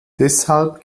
deshalb